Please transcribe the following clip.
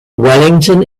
wellington